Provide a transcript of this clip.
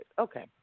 Okay